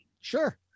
Sure